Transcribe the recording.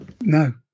No